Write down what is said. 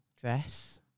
dress